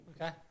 Okay